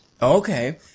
Okay